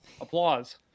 applause